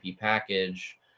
package